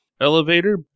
elevator